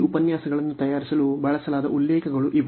ಈ ಉಪನ್ಯಾಸಗಳನ್ನು ತಯಾರಿಸಲು ಬಳಸಲಾದ ಉಲ್ಲೇಖಗಳು ಇವು